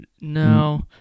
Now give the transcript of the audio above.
no